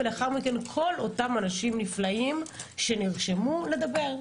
ולאחר מכן, כל אותם אנשים נפלאים שנרשמו לדבר.